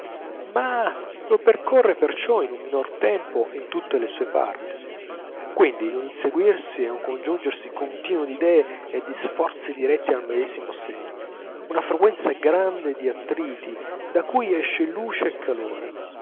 ma lo percorre perciò in minor tempo in tutte le sue parti quindi un inseguirsi e un congiungersi continuo d'idee e di sforzi diretti al medesimo segno una frequenza grande di attriti da cui esce luce e calore